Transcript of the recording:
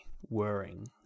whirring